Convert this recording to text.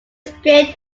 split